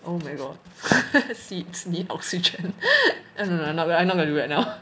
oh my god seeds need oxygen uh no I'm not gonna do that now